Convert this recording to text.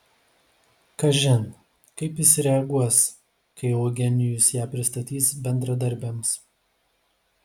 kažin kaip jis reaguos kai eugenijus ją pristatys bendradarbiams